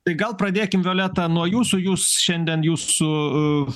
tai gal pradėkim violeta nuo jūsų jūs šiandien jūsų